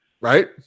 Right